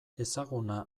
ezaguna